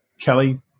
Kelly